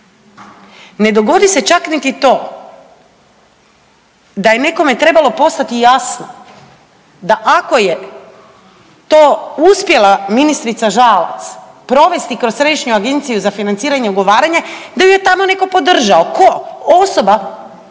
Ne dogodi se čak niti to da je nekome trebalo postati jasno da ako je to uspjela ministrica Žalac provesti kroz Središnju agenciju za financiranje i ugovaranje da ju je tamo netko podržao. Tko? Osoba